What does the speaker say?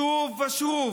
שוב ושוב,